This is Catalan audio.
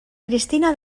cristina